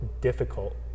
difficult